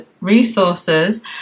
resources